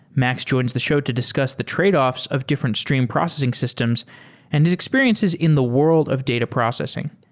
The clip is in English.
max joins the show to discuss the tradeoffs of different stream processing systems and his experiences in the world of data processing.